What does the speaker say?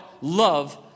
love